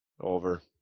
Over